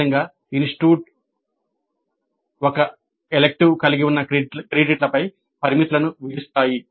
ఈ విధంగా ఇన్స్టిట్యూట్స్ ఒక ఎలెక్టివ్ కలిగి ఉన్న క్రెడిట్లపై పరిమితులను విధిస్తాయి